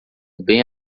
bem